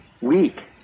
weak